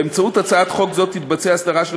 באמצעות הצעת חוק זו תתבצע אסדרה של